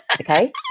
okay